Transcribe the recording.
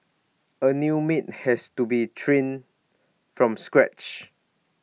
A new maid has to be trained from scratch